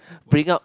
bring up